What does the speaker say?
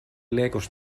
legos